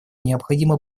необходима